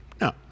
No